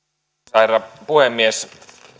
herra puhemies